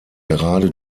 gerade